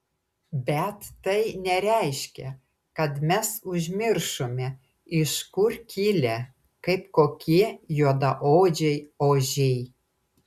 bet tai nereiškia kad mes užmiršome iš kur kilę kaip kokie juodaodžiai ožiai